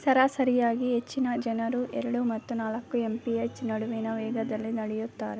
ಸರಾಸರಿಯಾಗಿ ಹೆಚ್ಚಿನ ಜನರು ಎರಡು ಮತ್ತು ನಾಲ್ಕು ಎಂ ಪಿ ಎಚ್ ನಡುವಿನ ವೇಗದಲ್ಲಿ ನಡೆಯುತ್ತಾರೆ